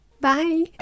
Bye